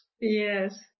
Yes